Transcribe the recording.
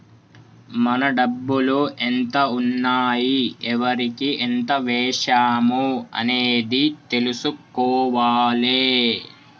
మన డబ్బులు ఎంత ఉన్నాయి ఎవరికి ఎంత వేశాము అనేది తెలుసుకోవాలే